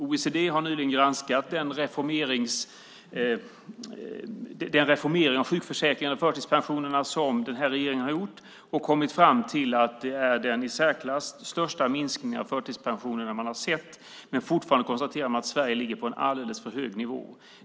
OECD har nyligen granskat den reformering av sjukförsäkringen och förtidspensionerna som nuvarande regering gjort och kommit fram till att det är den i särklass största minskningen av förtidspensioner man har sett, men man konstaterar samtidigt att Sverige fortfarande ligger på en alldeles för hög nivå.